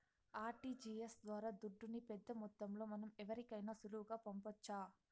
RTGS ద్వారా దుడ్డుని పెద్దమొత్తంలో మనం ఎవరికైనా సులువుగా పంపొచ్చు